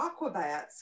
Aquabats